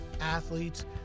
athletes